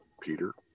Peter